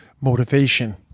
motivation